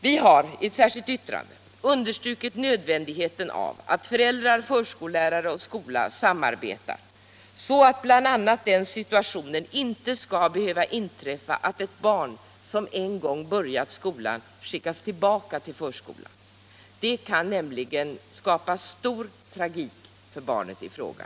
Vi har i ett särskilt yttrande understrukit nödvändigheten av att föräldrar, förskollärare och skola samarbetar, så att bl.a. den situationen inte skall behöva inträffa att ett barn, som en gång börjat skolan, skickas tillbaka till förskolan. Det kan nämligen skapa en stor tragik för barnet i fråga.